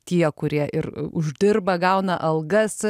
tie kurie ir uždirba gauna algas